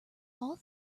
all